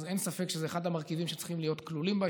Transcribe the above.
אז אין ספק שזה אחד המרכיבים שצריכים להיות כלולים בה.